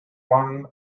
one